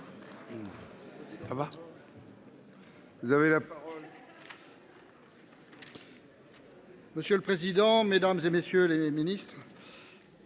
Monsieur le président, madame, messieurs les ministres,